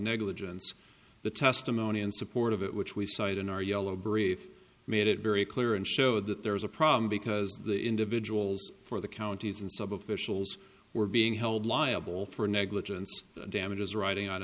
negligence the testimony in support of it which we cited in our yellow brief made it very clear and showed that there was a problem because the individuals for the counties and sub officials were being held liable for negligence damages writing o